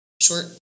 short